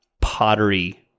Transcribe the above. pottery